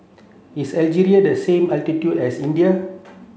is Algeria the same latitude as India